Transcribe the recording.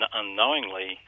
unknowingly